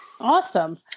Awesome